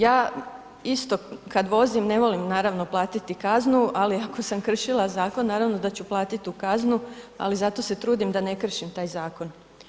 Ja isto, kad vozim, ne volim naravno platiti kaznu, ali ako sam kršila zakon, naravno da ću platiti tu kaznu, ali zato se trudim da ne kršim taj zakon.